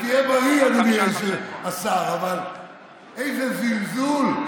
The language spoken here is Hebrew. שתהיה בריא, אדוני השר, אבל איזה זלזול.